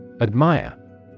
Admire